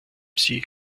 sie